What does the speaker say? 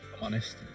honest